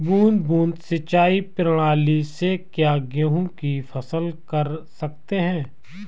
बूंद बूंद सिंचाई प्रणाली से क्या गेहूँ की फसल कर सकते हैं?